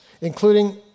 including